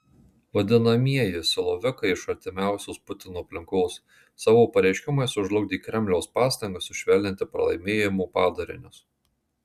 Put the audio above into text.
vadinamieji silovikai iš artimiausios putino aplinkos savo pareiškimais sužlugdė kremliaus pastangas sušvelninti pralaimėjimo padarinius